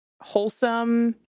wholesome